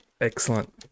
Excellent